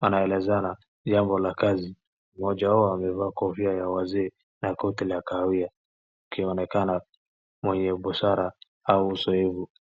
wanaelezana jambo la kazi. Mmoja wao amevaa kofia ya wazee na koti la kawia, akionekana mwenye busara ama usoevu.